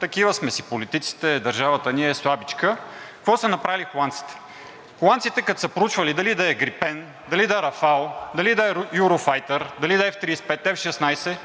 такива сме си политиците, държавата ни е слабичка. Какво са направили холандците? Холандците, когато са проучвали дали да е Gripen, дали да е Rafale, дали да е Eurofighter, дали да е F-35, дали